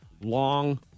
long-